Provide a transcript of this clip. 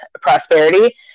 prosperity